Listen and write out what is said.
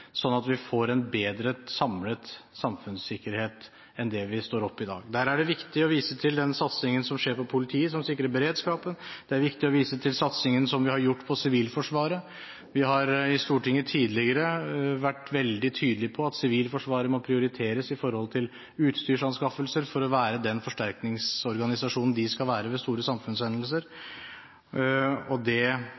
sånn at vi får en bedre samlet samfunnssikkerhet enn det vi har i dag. Der er det viktig å vise til satsingen på politiet, som sikrer beredskapen. Det er viktig å vise til satsingen på Sivilforsvaret – vi har i Stortinget tidligere vært veldig tydelig på at Sivilforsvaret må prioriteres når det gjelder utstyrsanskaffelser for at de skal kunne være den forsterkningsorganisasjonen de skal være ved store samfunnshendelser.